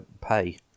pay